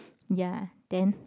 ya then